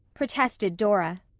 protested dora.